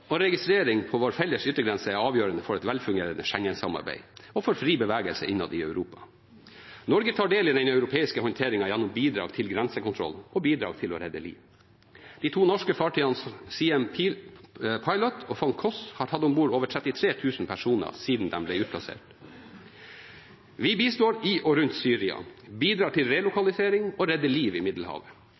og registrering på vår felles yttergrense er avgjørende for et velfungerende Schengen-samarbeid og for fri bevegelse innad i Europa. Norge tar del i den europeiske håndteringen gjennom bidrag til grensekontroll og bidrag til å redde liv. De to norske fartøyene, «Siem Pilot» og «Peter Henry von Koss», har tatt om bord 33 000 personer siden de ble utplassert. Vi bistår i og rundt Syria, bidrar til relokalisering og redder liv i Middelhavet.